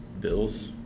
Bills